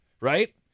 right